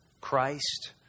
Christ